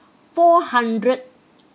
four hundred